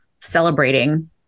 celebrating